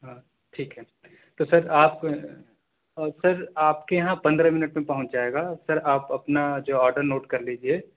ہاں ٹھیک ہے تو سر آپ سر آپ کے یہاں پندرہ منٹ میں پہنچ جائے گا سر آپ اپنا جو آڈر نوٹ کر لیجئے